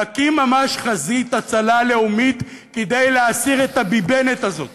להקים ממש חזית הצלה לאומית כדי להסיר את ה"ביבנת" הזאת